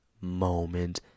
moment